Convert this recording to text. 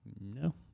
No